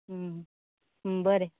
बरें